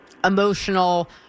emotional